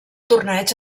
torneig